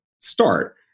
start